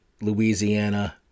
Louisiana